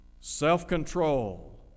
self-control